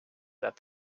that